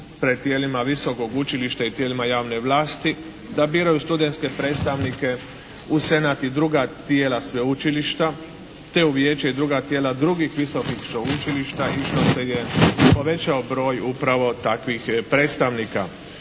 pred tijelima visokog učilišta i tijelima javne vlasti, da biraju studenske predstavnike u Senat i druga tijela sveučilišta, te u vijeće i druga tijela drugih visokih sveučilišta i što se je povećao broj upravo takvih predstavnika.